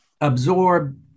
absorb